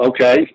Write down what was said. Okay